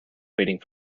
waiting